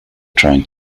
trying